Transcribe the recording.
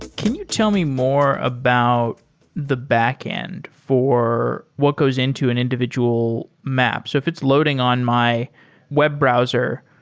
can you tell me more about the backend for what goes into an individual maps? if it's loading on my web browser,